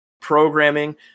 programming